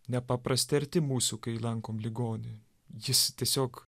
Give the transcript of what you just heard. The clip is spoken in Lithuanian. nepaprastai arti mūsų kai lankom ligonį jis tiesiog